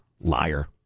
Liar